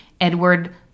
Edward